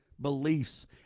beliefs